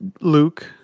Luke